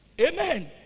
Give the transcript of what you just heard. Amen